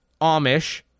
Amish